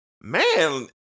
man